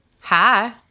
hi